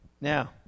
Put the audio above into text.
Now